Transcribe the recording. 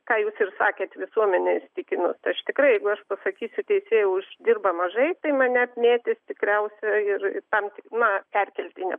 ką jūs ir sakėt visuomenė įsitikinus aš tikrai jeigu aš pasakysiu teisėjai uždirbam mažai tai mane apmėtys tikriausiai ir tam na perkeltine